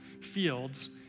fields